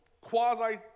quasi